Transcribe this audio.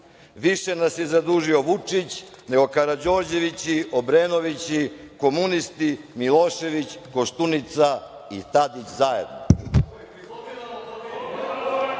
Više nas je zadužio Vučić, nego Karađorđevići, Obrenovići, komunisti Milošević, Koštunica i Tadić zajedno.Za